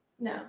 no